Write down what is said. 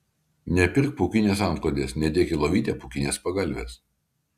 nepirk pūkinės antklodės nedėk į lovytę pūkinės pagalvės